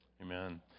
Amen